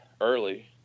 early